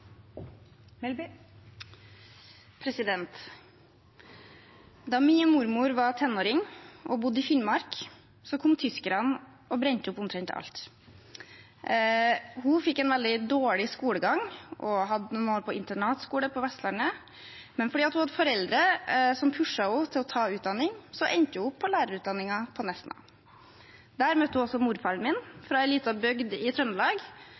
Da min mormor var tenåring og bodde i Finnmark, kom tyskerne og brente opp omtrent alt. Hun fikk en veldig dårlig skolegang og hadde noen år på internatskole på Vestlandet, men fordi hun hadde foreldre som pushet henne til å ta utdanning, endte hun opp på lærerutdanningen på Nesna. Der møtte hun også morfaren min, fra en liten bygd i Trøndelag,